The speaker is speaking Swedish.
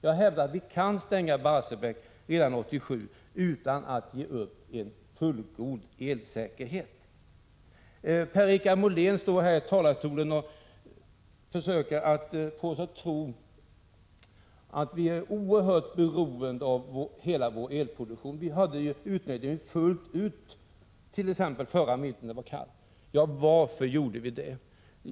Jag hävdar att vi kan stänga Barsebäck redan 1987 utan att ge upp en fullgod elsäkerhet. Per-Richard Molén försökte från denna talarstol få oss att tro att vi är oerhört beroende av hela vår elproduktion, eftersom vi utnyttjade den fullt ut t.ex. förra vintern när det var kallt. Varför gjorde vi det?